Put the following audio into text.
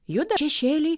juda šešėliai